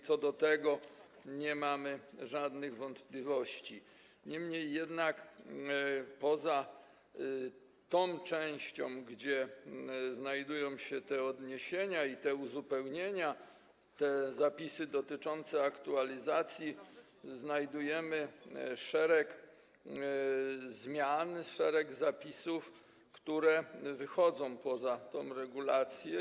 Co do tego nie mamy żadnych wątpliwości, niemniej jednak poza tą częścią, gdzie znajdują się te odniesienia i uzupełnienia, te zapisy dotyczące aktualizacji, znajdujemy szereg zmian, szereg zapisów, które wychodzą poza tę regulację.